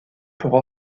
pour